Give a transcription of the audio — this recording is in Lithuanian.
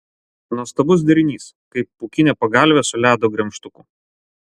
nuostabus derinys kaip pūkinė pagalvė su ledo gremžtuku